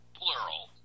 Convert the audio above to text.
plural